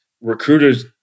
recruiters